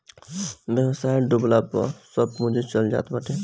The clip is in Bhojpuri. व्यवसाय डूबला पअ सब पूंजी चल जात बाटे